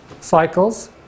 cycles